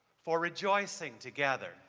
for rejoicing together.